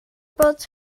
bod